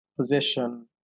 position